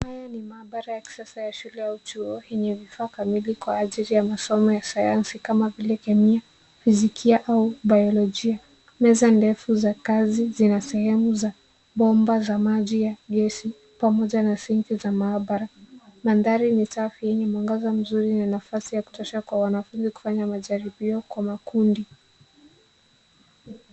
Haya ni maabara ya kisasa ya shule au chuo yenye vifaa kamili kwa ajili ya masomo ya sayansi kama vile kemia, fizikia au biolojia. Meza ndefu za kazi zina sehemu za bomba za maji ya gesi pamoja na sinki za maabara. Mandhari ni safi yenye mwangaza mzuri na nafasi ya kutosha kwa wanafunzi kufanya majaribio kwa makundi.